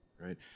right